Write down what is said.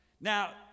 Now